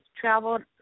traveled